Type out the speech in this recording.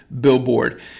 billboard